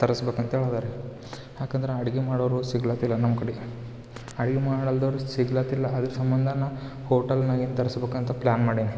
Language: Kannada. ತರಿಸ್ಬೇಕ್ ಅಂತೇಳಿ ಅದ ರೀ ಯಾಕಂದ್ರೆ ಅಡುಗೆ ಮಾಡೋರು ಸಿಗ್ಲಾದಿಲ್ಲ ನಮ್ಮ ಕಡೆ ಅಡುಗೆ ಮಾಡಲ್ದವರು ಸಿಗ್ಲಾದಿಲ್ಲಅದ್ರ ಸಂಬಂಧನ ಹೋಟಲ್ನಾಗೆ ತರಿಸ್ಬೇಕ್ ಅಂತ ಪ್ಲ್ಯಾನ್ ಮಾಡೀನಿ